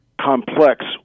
complex